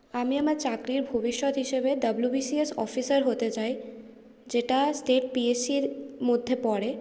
আমি আমার চাকরির ভবিষ্যৎ হিসাবে ডব্লিউবিসিএস অফিসার হতে চাই যেটা স্টেট পিএসসির মধ্যে পড়ে